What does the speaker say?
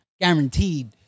guaranteed